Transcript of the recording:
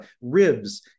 ribs